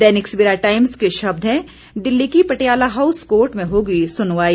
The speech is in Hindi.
दैनिक सवेरा टाइम्स के शब्द हैं दिल्ली की पटियाला हाउस कोर्ट में होगी सुनवाई